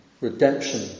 Redemption